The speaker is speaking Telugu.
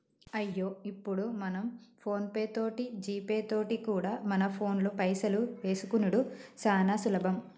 అయ్యో ఇప్పుడు మనం ఫోన్ పే తోటి జీపే తోటి కూడా మన ఫోన్లో పైసలు వేసుకునిడు సానా సులభం